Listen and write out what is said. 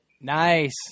Nice